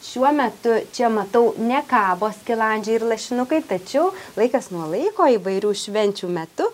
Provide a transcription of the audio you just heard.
šiuo metu čia matau nekabo skilandžiai ir lašinukai tačiau laikas nuo laiko įvairių švenčių metu